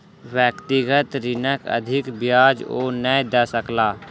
व्यक्तिगत ऋणक अधिक ब्याज ओ नै दय सकला